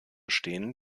stehen